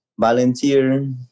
volunteer